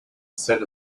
set